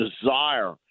desire